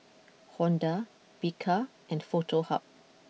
Honda Bika and Foto Hub